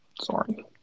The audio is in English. Sorry